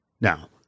Now